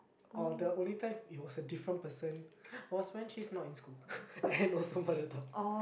or the only time it was a different person was when she is not in school and also mother tongue